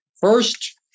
First